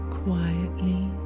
quietly